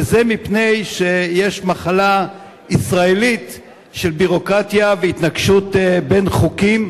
וזה מפני שיש מחלה ישראלית של ביורוקרטיה והתנגשות בין חוקים,